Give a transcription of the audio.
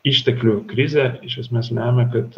išteklių krizė iš esmės lemia kad